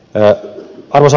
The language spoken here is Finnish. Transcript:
arvoisa puhemies